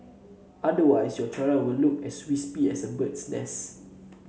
otherwise your tiara will look as wispy as a bird's nest